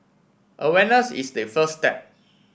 awareness is the first step